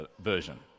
version